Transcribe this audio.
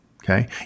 Okay